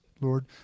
Lord